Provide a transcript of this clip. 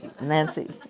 Nancy